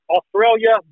Australia